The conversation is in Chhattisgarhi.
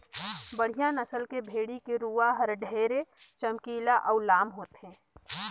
बड़िहा नसल के भेड़ी के रूवा हर ढेरे चमकीला अउ लाम होथे